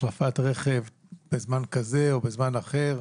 החלפת רכב בזמן כזה או בזמן אחר,